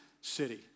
city